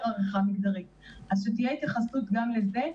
עריכה מגדרית אז שתהיה התייחסות גם לזה.